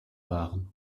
waren